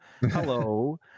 Hello